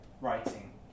writing